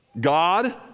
God